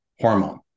hormone